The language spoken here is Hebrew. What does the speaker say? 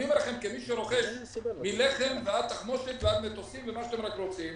אני אומר לכם כמי שרוכש מלחם ועד תחמושת ועד ומטוסים ומה שאתם רק רוצים.